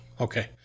Okay